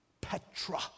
Petra